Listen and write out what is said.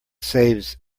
saves